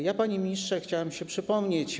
Ja, panie ministrze, chciałem się przypomnieć.